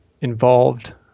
involved